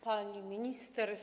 Pani Minister!